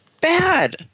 bad